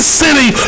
city